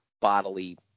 bodily